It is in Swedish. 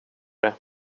det